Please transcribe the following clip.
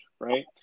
right